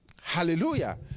Hallelujah